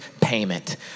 payment